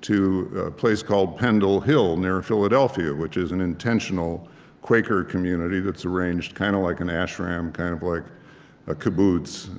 to a place called pendle hill near philadelphia, which is an intentional quaker community that's arranged kind of like an ashram, kind of like a kibbutz,